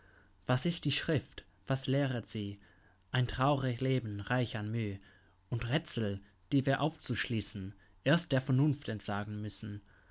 was ist die schrift was lehret sie ein traurig leben reich an müh und rätsel die wir aufzuschließen erst der vernunft entsagen müssen